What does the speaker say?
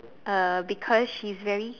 uh because she's very